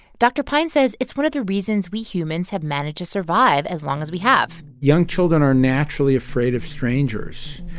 dr. pine says it's one of the reasons we humans have managed to survive as long as we have young children are naturally afraid of strangers.